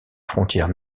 frontière